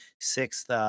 sixth